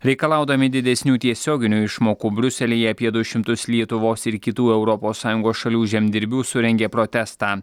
reikalaudami didesnių tiesioginių išmokų briuselyje apie du šimtus lietuvos ir kitų europos sąjungos šalių žemdirbių surengė protestą